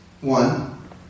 one